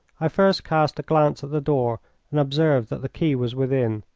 i first cast a glance at the door and observed that the key was within.